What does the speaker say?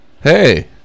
hey